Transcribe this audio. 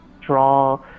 draw